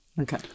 Okay